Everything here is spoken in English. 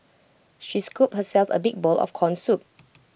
she scooped herself A big bowl of Corn Soup